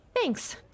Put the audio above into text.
Thanks